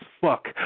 fuck